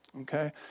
okay